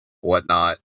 whatnot